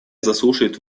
заслушает